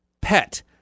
pet